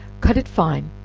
cut it fine,